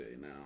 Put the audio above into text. now